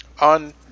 On